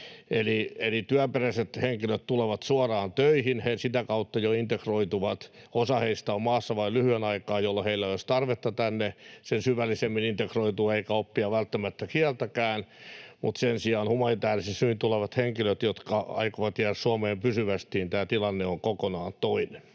Eli työperäiset henkilöt tulevat suoraan töihin, he sitä kautta jo integroituvat. Osa heistä on maassa vain lyhyen aikaa, jolloin heillä ei ole edes tarvetta tänne sen syvällisemmin integroitua eikä oppia välttämättä kieltäkään, mutta sen sijaan humanitäärisin syin tulevilla henkilöillä, jotka aikovat jäädä Suomeen pysyvästi, tilanne on kokonaan toinen.